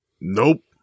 Nope